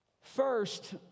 First